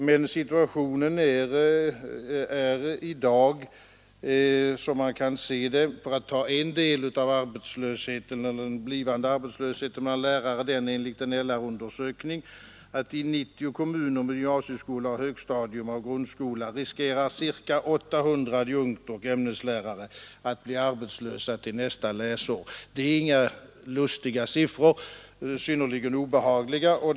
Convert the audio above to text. Men situationen är i dag såvitt man kan se beträffande en del av den blivande arbetslösheten bland lärare — enligt en LR-undersökning att i 90 kommuner med gymnasieskola och högstadium i grundskolan riskerar 800 adjunkter att bli arbetslösa till nästa arbetsår. Det är inga lustiga utan synnerligen obehagliga utsikter.